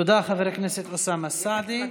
תודה, חבר הכנסת אוסאמה סעדי.